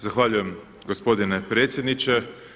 Zahvaljujem gospodine predsjedniče.